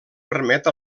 permet